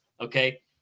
okay